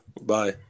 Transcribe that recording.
Bye